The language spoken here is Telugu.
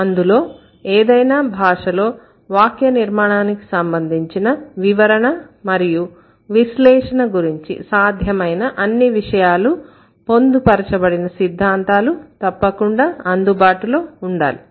అందులో ఏదైనా భాషలో వాక్య నిర్మాణానికి సంబంధించిన వివరణ మరియు విశ్లేషణ గురించి సాధ్యమైన అన్ని విషయాలు పొందుపరచబడిన సిద్ధాంతాలు తప్పకుండా అందుబాటులో ఉండాలి